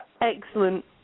Excellent